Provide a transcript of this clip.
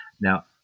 Now